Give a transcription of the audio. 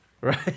Right